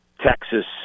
Texas